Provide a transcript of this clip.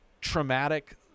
traumatic